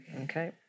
Okay